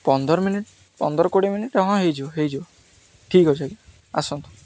ପନ୍ଦର ମିନିଟ୍ ପନ୍ଦର କୋଡ଼ିଏ ମିନିଟ୍ ହଁ ହେଇଯିବ ହେଇଯିବ ଠିକ୍ ଅଛି ଆଜ୍ଞା ଆସନ୍ତୁ